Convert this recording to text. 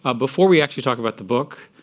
ah before we actually talk about the book,